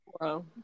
wow